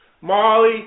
Molly